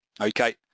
Okay